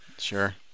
Sure